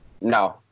No